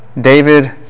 David